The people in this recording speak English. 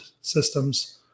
systems